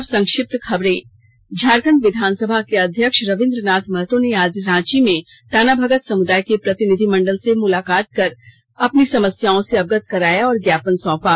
अब संक्षिप्त खबरें झारखंड विधानसभा के अध्यक्ष रयींद्रनाथ महतो से आज रांची में टाना भगत समुदाय के प्रतिनिधिमंडल ने मुलाकात कर अपनी समस्याओं से अवगत कराया और ज्ञापन सौपा